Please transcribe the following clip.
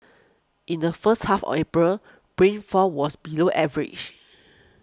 in the first half of April rainfall was below average